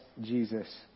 Jesus